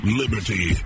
liberty